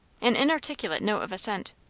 an inarticulate note of assent.